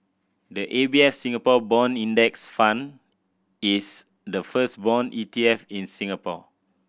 the A B A Singapore Bond Index Fund is the first bond E T F in Singapore